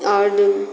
आओर